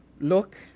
look